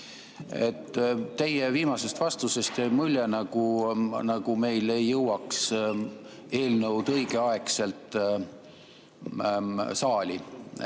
Teie viimasest vastusest jääb mulje, nagu meil ei jõuaks eelnõud õigeaegselt saali.